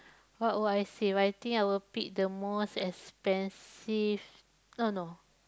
what would I say well I think I will pick the most expensive no no